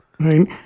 Right